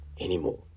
anymore